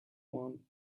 one